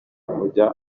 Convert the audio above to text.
kujya